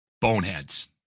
boneheads